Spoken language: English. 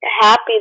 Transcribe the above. happy